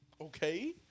okay